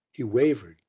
he wavered,